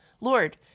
Lord